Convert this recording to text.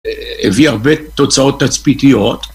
הביא הרבה תוצאות תצפיתיות